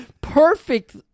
Perfect